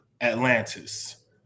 atlantis